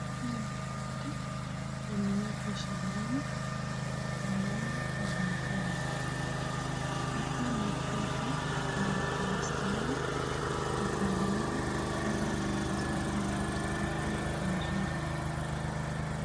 Hii ni mahindi iliyoko shambani ambayo yamepandwa. Likona kwekwe na inastahili kupaliliwa ili izidi ipate afya mzuri.